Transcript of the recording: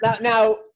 now